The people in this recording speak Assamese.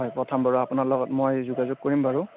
হয় পঠাম বাৰু আপোনাৰ লগত মই যোগাযোগ কৰিম বাৰু